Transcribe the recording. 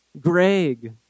Greg